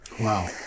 Wow